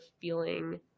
feeling